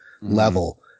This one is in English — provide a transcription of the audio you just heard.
level